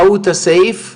אתמול ענינו על השאלה הזאת.